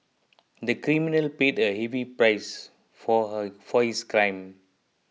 the criminal paid a heavy price for her for his crime